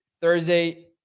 Thursday